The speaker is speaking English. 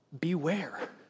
beware